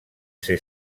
ser